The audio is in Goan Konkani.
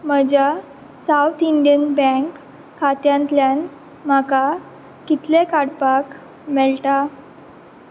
म्हज्या सावथ इंडियन बँक खात्यांतल्यान म्हाका कितले काडपाक मेळटा